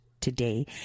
Today